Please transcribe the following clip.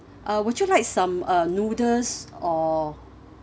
uh would you like some uh noodles or ya